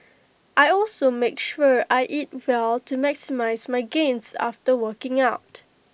I also make sure I eat well to maximise my gains after working out